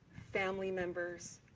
family members,